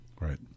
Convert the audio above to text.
Right